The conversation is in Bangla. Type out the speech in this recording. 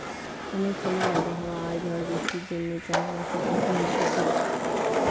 অনেক সময় আবহাওয়া আর ঝড় বৃষ্টির জন্যে চাষ বাসে ক্ষতি হতিছে